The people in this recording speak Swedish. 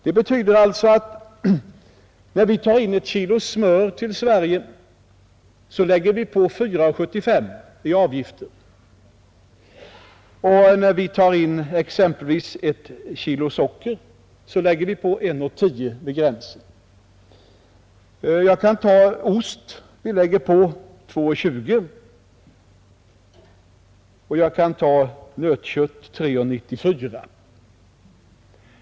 Det betyder alltså att när vi tar in ett kilo smör till Sverige, lägger vi på 4:75 i avgifter. När vi tar in exempelvis ett kilo socker, lägger vi på 0:47 vid gränsen. Beträffande ost lägger vi på 3:40 per kilo och beträffande nötkött 3:94 per kilo.